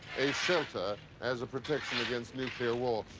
a shelter as a protection against nuclear war,